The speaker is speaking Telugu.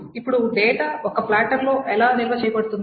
ఇప్పుడు డేటా ఒక ప్లాటర్లో ఎలా నిల్వ చేయబడుతుంది